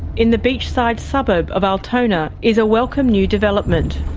in the beachside suburb of altona is a welcome new development.